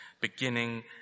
beginning